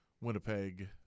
Winnipeg